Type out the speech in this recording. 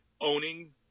owning